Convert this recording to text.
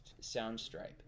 Soundstripe